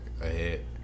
ahead